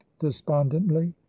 despondently